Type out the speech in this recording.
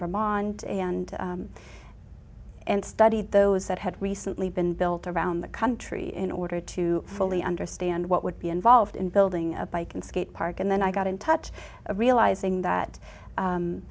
vermont and studied those that had recently been built around the country in order to fully understand what would be involved in building a bike in skate park and then i got in touch realizing that